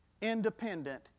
independent